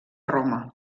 roma